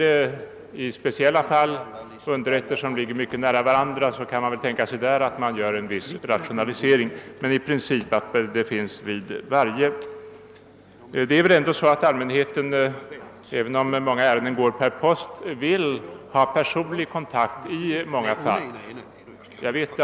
Om i speciella fall underrätterna ligger mycket nära varandra, kan man tänka sig en viss rationalisering, men i princip bör inskrivningsavdelningar finnas överallt. Även om många ärenden går per post vill nog allmänheten ofta ha personlig kontakt.